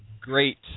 great